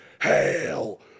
hail